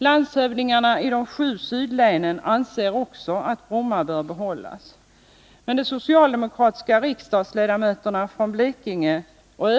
Landshövdingarna i de sju sydlänen anser också att Bromma bör behållas.